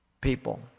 people